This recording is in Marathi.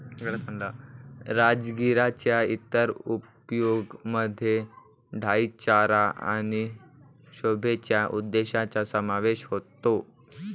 राजगिराच्या इतर उपयोगांमध्ये डाई चारा आणि शोभेच्या उद्देशांचा समावेश होतो